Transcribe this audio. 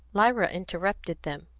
lyra interrupted them.